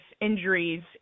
injuries